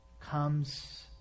comes